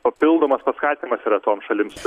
papildomas paskatinimas yra toms šalims